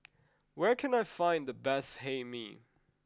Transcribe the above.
where can I find the best Hae Mee